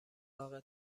اخالقات